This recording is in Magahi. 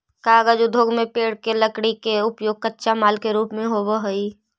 कागज उद्योग में पेड़ के लकड़ी के उपयोग कच्चा माल के रूप में होवऽ हई